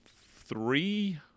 three